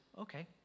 okay